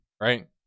right